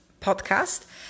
podcast